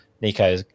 Nico